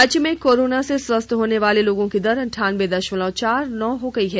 राज्य में कोरोना स्वस्थ होने वाले लोगों की दर अंठानबे दशमलव चार नौ हो गई है